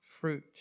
fruit